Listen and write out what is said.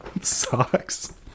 Socks